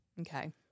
Okay